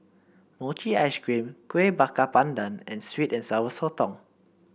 Mochi Ice Cream Kueh Bakar Pandan and sweet and Sour Sotong